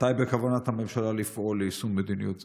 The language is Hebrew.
מתי בכוונת הממשלה לפעול ליישום מדיניות זו?